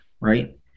right